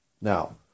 Now